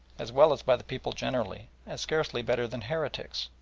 as well as by the people generally, as scarcely better than heretics,